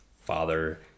father